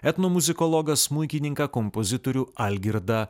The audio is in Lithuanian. etnomuzikologą smuikininką kompozitorių algirdą